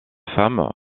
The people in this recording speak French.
femmes